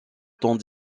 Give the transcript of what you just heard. temps